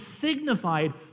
signified